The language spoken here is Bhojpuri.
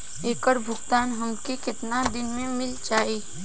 ऐकर भुगतान हमके कितना दिन में मील जाई?